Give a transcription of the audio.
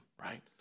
right